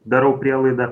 darau prielaidą